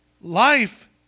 life